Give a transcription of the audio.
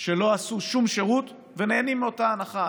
שלא עשו שום שירות ונהנים מאותה הנחה.